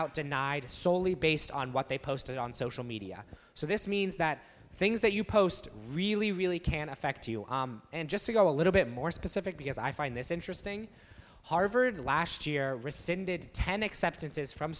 denied soley based on what they posted on social media so this means that things that you post really really can affect you and just to go a little bit more specific because i find this interesting harvard last year rescinded ten acceptance is from